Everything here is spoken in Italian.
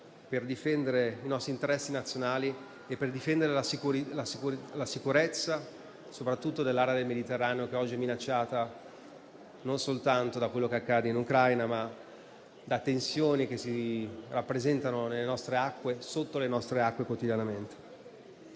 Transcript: per difendere i nostri interessi nazionali e la sicurezza, soprattutto dell'area del Mediterraneo, che oggi è minacciata non soltanto da quello che accade in Ucraina, ma da tensioni che si rappresentano nelle nostre acque e sotto